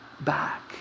back